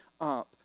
up